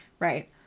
Right